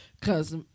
Cause